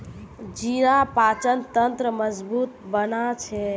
जीरा पाचन तंत्रक मजबूत बना छेक